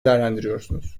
değerlendiriyorsunuz